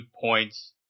points